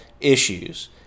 issues